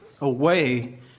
away